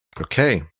Okay